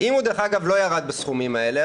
אם הוא לא ירד בסכומים האלה,